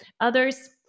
others